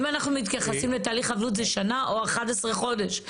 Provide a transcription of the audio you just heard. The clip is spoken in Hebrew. אם אנחנו מתייחסים לתהליך אבלות זה שנה או 11 חודש.